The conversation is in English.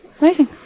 Amazing